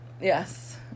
Yes